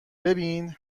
ببین